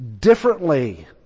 differently